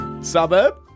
Suburb